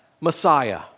Messiah